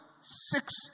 six